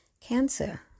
Cancer